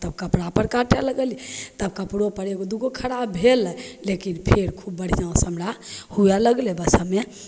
कपड़ापर काटै लगलिए तब कपड़ोपर एगो दुइगो खराब भेलै लेकिन फेर खूब बढ़िआँसे हमरा हुए लागलै बस हमे